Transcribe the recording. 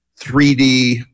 3D